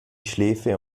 schläfe